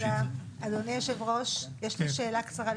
אדוני היושב-ראש, יש לי שאלה קצרה.